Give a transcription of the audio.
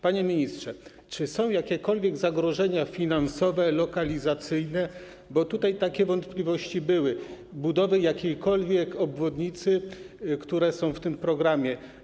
Panie ministrze, czy są jakiekolwiek zagrożenia finansowe, lokalizacyjne - bo tutaj takie wątpliwości były - budowy jakiejkolwiek obwodnicy, które są w tym programie?